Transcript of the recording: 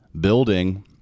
building